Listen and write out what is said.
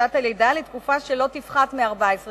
חופשת הלידה לתקופה שלא תפחת מ-14 שבועות.